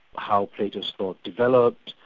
how plato's thought developed,